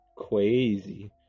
Crazy